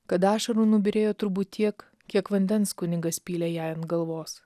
kad ašarų nubyrėjo turbūt tiek kiek vandens kunigas pylė jai ant galvos